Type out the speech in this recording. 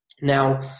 Now